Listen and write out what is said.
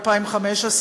2015,